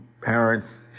Parents